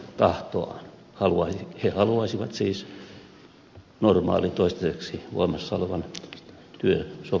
he haluaisivat siis normaalin toistaiseksi voimassa olevan työsopimuksen